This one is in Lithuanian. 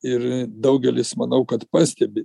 ir daugelis manau kad pastebi